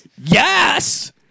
Yes